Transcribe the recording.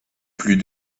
plus